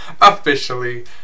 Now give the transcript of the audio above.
officially